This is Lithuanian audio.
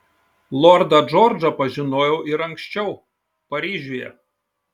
lordą džordžą pažinojau ir anksčiau paryžiuje